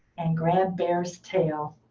and grabbed bear's tail.